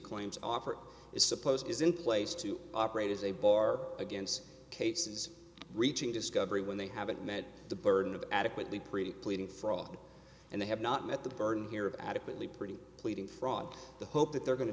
claims offer is suppose is in place to operate as a bar against cases reaching discovery when they haven't met the burden of adequately pretty pleading for all and they have not met the burden here of adequately pretty pleading fraud the hope that they're go